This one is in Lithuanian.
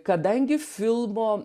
kadangi filmo